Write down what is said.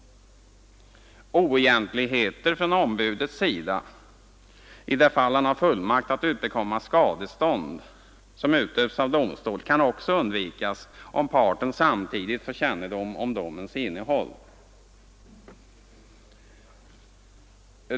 Oegentligheter från ombud i de fall han har fullmakt att utbekomma skadestånd som utdömts av domstol kan också undvikas om parten samtidigt får kännedom om domens innehåll.